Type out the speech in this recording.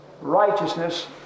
righteousness